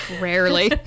rarely